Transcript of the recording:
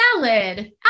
salad